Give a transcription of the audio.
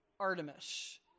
Artemis